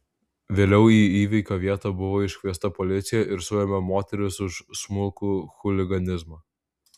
vėliau į įvykio vietą buvo iškviesta policija ir suėmė moteris už smulkų chuliganizmą